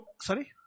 Sorry